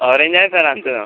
orange आहे sir आमच्याजवळ